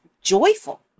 joyful